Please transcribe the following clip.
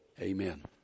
amen